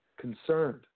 concerned